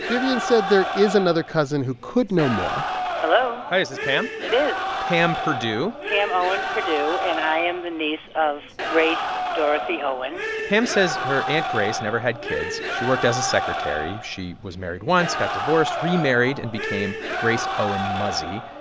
vivian said there is another cousin who could know more hello? hi, is this pam? it is pam perdue? pam owen perdue, and i am the niece of grace dorothy owen pam says her aunt grace never had kids. she worked as a secretary. she was married once, got divorced, remarried and became grace owen muzzey.